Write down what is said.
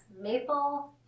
maple